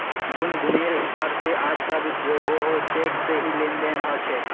गुनगुनेर हिसाब से आज सब जोगोह चेक से ही लेन देन ह छे